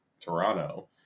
Toronto